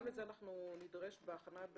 גם לזה אנחנו נידרש בהכנה.